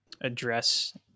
address